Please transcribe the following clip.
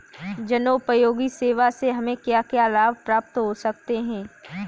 जनोपयोगी सेवा से हमें क्या क्या लाभ प्राप्त हो सकते हैं?